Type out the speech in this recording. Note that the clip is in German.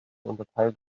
unterteilt